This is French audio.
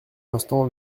instant